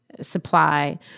supply